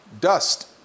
dust